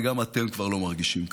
וגם אתם כבר לא מרגישים ככה.